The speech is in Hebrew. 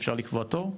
אפשר לקבוע תור?